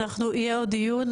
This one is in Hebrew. יהיה עוד דיון,